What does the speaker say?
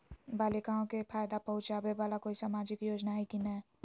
बालिकाओं के फ़ायदा पहुँचाबे वाला कोई सामाजिक योजना हइ की नय?